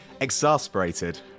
exasperated